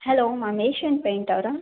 hello ma'am Asian paint ಅವರಾ